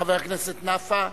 חבר הכנסת נפאע.